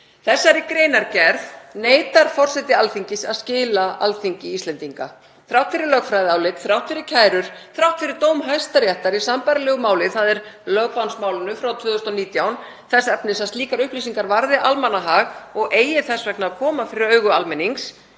Þessari greinargerð neitar forseti Alþingis að skila Alþingi Íslendinga þrátt fyrir lögfræðiálit, þrátt fyrir kærur og þrátt fyrir dóm Hæstaréttar í sambærilegu máli, þ.e. lögbannsmálinu frá 2019, þess efnis að slíkar upplýsingar varði almannahag og eigi þess vegna að koma fyrir augu almennings.